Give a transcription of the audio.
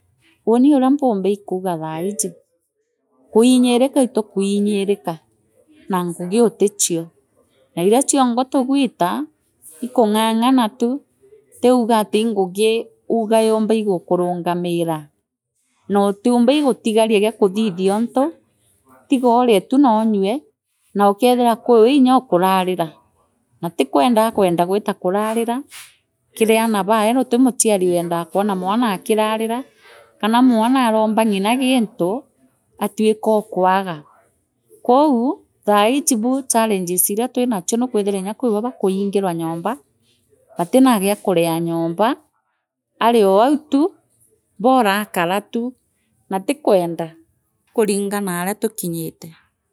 Uuni uria mpumba iikuga thaiji kwinyirira itukuinyirika naa ngugi utichio na iria chiongwa tugwita ikung’ang’ana tu ti uuga ngugi uuga yumba igukurungamira nootiumba igotigana giakuthithiontu tigoone tu noonyue naukethira kwiwe nyoo ukararira na tikwenda akwenda gwita karaniraa kiri aana bawe guti muchiari wendaa kwona mwana akirarira kana mwana arumba ng’ina gintu atwikookwaga kou thaaiji buu challenges iria twinachio nukwithira inya kwibo bakuingirwa nyomba batina giakuria nyomba arioau tu buraakara tu naatikwenda ikuringaanaria tukinyite.